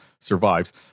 survives